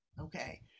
Okay